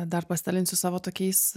dar pasidalinsiu savo tokiais